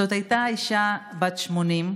זאת הייתה אישה בת 80,